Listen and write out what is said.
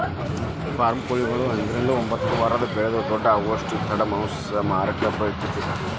form ಕೊಳಿಗಳು ಐದ್ರಿಂದ ಒಂಬತ್ತ ವಾರಕ್ಕ ಬೆಳಿದ ದೊಡ್ಡು ಆಗುದಷ್ಟ ತಡ ಮಾಂಸ ಮಾಡಿ ಮಾರಾಕ ಬರತೇತಿ